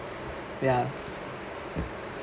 ya